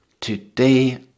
Today